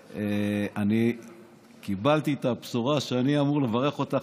כשאני קיבלתי את הבשורה שאני אמור לברך אותך